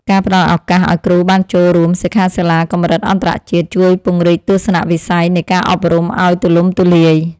ការផ្តល់ឱកាសឱ្យគ្រូបានចូលរួមសិក្ខាសាលាកម្រិតអន្តរជាតិជួយពង្រីកទស្សនវិស័យនៃការអប់រំឱ្យទូលំទូលាយ។